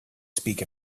speak